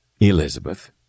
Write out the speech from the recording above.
Elizabeth